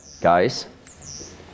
guys